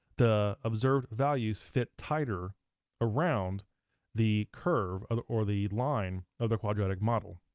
the observed values fit tighter around the curve or the or the line of the quadratic model.